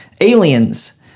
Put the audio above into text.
Aliens